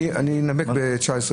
אני אנמק ב-20-19.